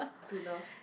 to love